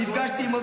שנפגשתי עימו,